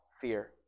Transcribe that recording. fear